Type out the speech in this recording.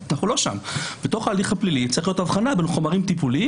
צריכה להיות הבחנה בין חומרים טיפוליים